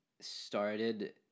started